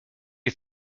you